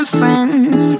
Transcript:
friends